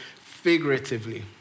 figuratively